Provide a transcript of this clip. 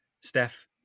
Steph